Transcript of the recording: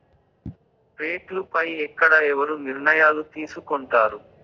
రేట్లు పై ఎక్కడ ఎవరు నిర్ణయాలు తీసుకొంటారు?